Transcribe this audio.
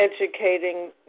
educating